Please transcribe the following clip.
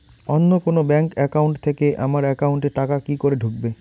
অন্য কোনো bank account থেকে আমার একাউন্ট এ টাকা কি করে ঢুকবে?